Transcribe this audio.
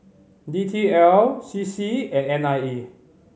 D T L C C and N I E